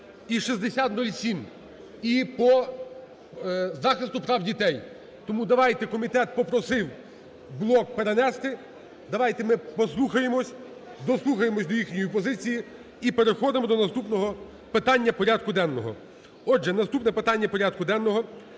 і 6007, і по захисту прав дітей. Тому давайте, комітет попросив блок перенести, давайте ми послухаємось, дослухаємося до їхньої позиції і переходимо до наступного питання порядку денного. Отже, наступне питання порядку денного